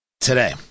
today